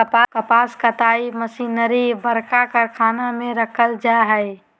कपास कताई मशीनरी बरका कारखाना में रखल जैय हइ